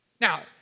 Now